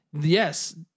yes